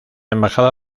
embajada